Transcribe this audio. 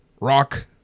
Rock